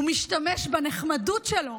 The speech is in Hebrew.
הוא משתמש בנחמדות שלו